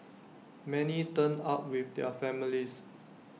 many turned up with their families